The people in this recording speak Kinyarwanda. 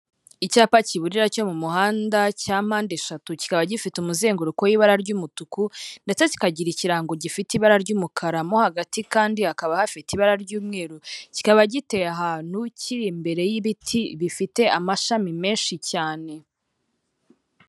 Icyapa kiburira cyo mu muhanda cya mpande eshatu, kikaba gifite umuzenguruko w'ibara ry'umutuku, ndetse kikagira ikirango gifite ibara ry'umukara, mo hagati kandi hakaba hafite ibara ry'umweru, kikaba giteye, ahantu kiri imbere y'ibiti bifite amashami menshi cyane.